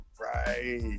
Right